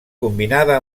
combinada